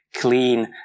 clean